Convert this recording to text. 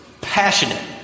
passionate